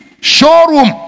showroom